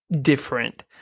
different